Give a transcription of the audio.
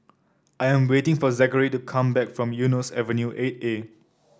I'm waiting for Zachary to come back from Eunos Avenue Eight A